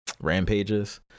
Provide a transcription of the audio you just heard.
Rampages